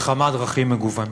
בכמה דרכים מגוונות,